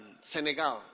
Senegal